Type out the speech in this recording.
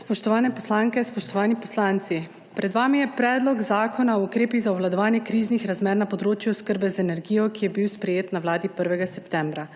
Spoštovane poslanke, spoštovani poslanci! Pred vami je Predlog zakona o ukrepih za obvladovanje kriznih razmer na področju oskrbe z energijo, ki je bil sprejet na Vladi 1. septembra.